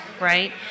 right